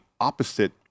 opposite